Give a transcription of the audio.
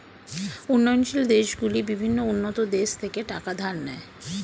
উন্নয়নশীল দেশগুলি বিভিন্ন উন্নত দেশ থেকে টাকা ধার নেয়